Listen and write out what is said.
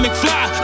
McFly